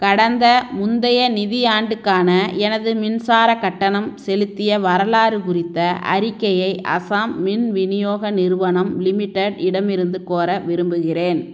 கடந்த முந்தைய நிதியாண்டுக்கான எனது மின்சாரக் கட்டணம் செலுத்திய வரலாறு குறித்த அறிக்கையை அசாம் மின் விநியோக நிறுவனம் லிமிடெட் இடமிருந்து கோர விரும்புகிறேன்